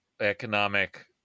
economic